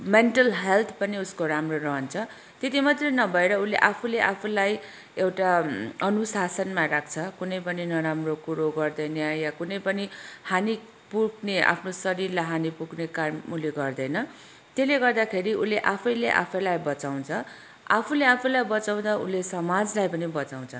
mental health पनि उसको राम्रो रहन्छ त्यति मात्र नभएर उसले आफूले आफूलाई एउटा अनुशासनमा राख्छ कुनै पनि नराम्रो कुरो गर्दैन या कुनै पनि हानि पुग्ने आफ्नो शरीरलाई हानि पुग्ने काम उसले गर्दैन त्यसले गर्दाखेरि उसले आफूले आफैलाई बचाउँछ आफूले आफैलाई बचाउँदा उसले समाजलाई पनि बचाउँछ